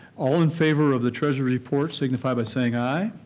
all in favor of the treasury report, signify by saying aye.